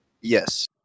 Yes